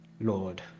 Lord